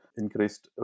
increased